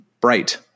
bright